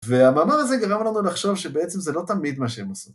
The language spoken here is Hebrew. והמאמר הזה גרם לנו לחשוב שבעצם זה לא תמיד מה שהם עושים.